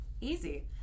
Easy